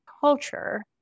culture